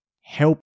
help